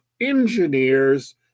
engineers